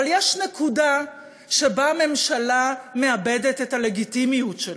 אבל יש נקודה שבה הממשלה מאבדת את הלגיטימיות שלה,